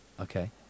Okay